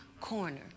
corner